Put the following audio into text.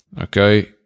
Okay